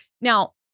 Now